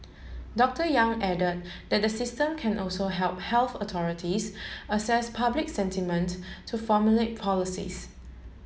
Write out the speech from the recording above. Doctor Yang added that the system can also help health authorities assess public sentiment to formulate policies